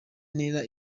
ntera